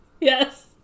Yes